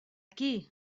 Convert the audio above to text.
qui